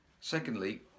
Secondly